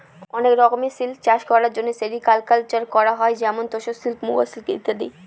অনেক রকমের সিল্ক চাষ করার জন্য সেরিকালকালচার করা হয় যেমন তোসর সিল্ক, মুগা সিল্ক ইত্যাদি